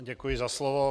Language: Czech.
Děkuji za slovo.